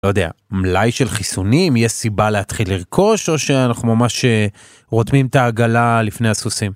לא יודע מלאי של חיסונים יש סיבה להתחיל לרכוש או שאנחנו ממש רותמים את העגלה לפני הסוסים.